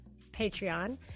Patreon